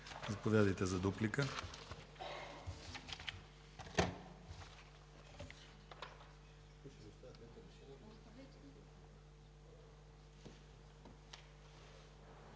заповядайте за дуплика.